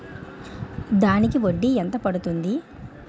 దానికి వడ్డీ ఎంత పడుతుంది?